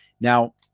Now